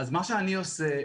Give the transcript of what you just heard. מה שאני עושה,